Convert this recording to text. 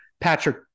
Patrick